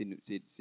c'est